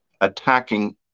attacking